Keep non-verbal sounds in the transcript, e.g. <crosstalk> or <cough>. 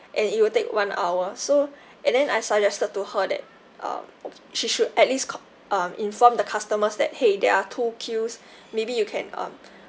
and it will take one hour so <breath> and then I suggested to her that uh she should at least co~ um inform the customers that !hey! there are two queues <breath> maybe you can um